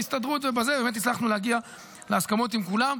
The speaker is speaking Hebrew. בהסתדרות באמת הצלחנו להגיע להסכמות עם כולם,